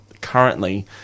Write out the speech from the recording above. currently